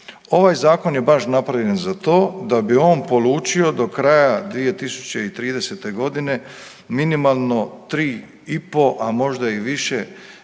ovaj zakon je baš napravljen za to da bi on polučio do kraja 2030.g. minimalno 3,5, a možda i više